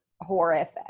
horrific